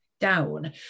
down